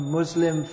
Muslim